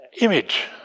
image